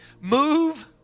Move